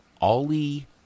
Ollie